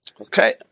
Okay